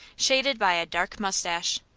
shaded by a dark mustache.